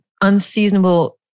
unseasonable